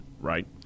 Right